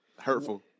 Hurtful